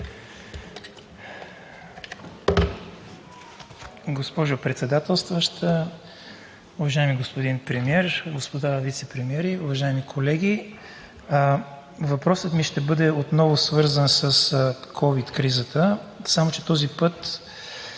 Госпожо Председателстваща, уважаеми господин Премиер, господа вицепремиери, уважаеми колеги! Въпросът ми ще бъде отново свързан с ковид кризата, само че този път